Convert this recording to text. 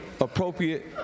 appropriate